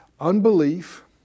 Unbelief